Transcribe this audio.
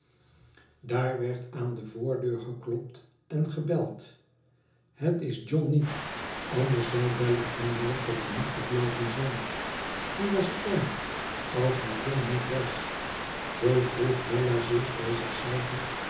daar werd aan de voordeur geklopt en gebeld het isjohn niet anders zou bella hem wel te gemoet gevlogen zijn wie was het dan als het john niet was zoo vroeg bella bij